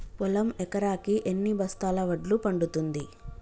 పొలం ఎకరాకి ఎన్ని బస్తాల వడ్లు పండుతుంది?